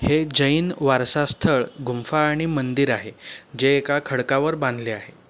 हे जैन वारसा स्थळ गुंफा आणि मंदिर आहे जे एका खडकावर बांधले आहे